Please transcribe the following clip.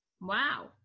wow